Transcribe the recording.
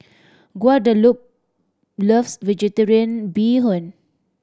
Guadalupe loves Vegetarian Bee Hoon